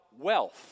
wealth